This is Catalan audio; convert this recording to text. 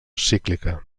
cíclica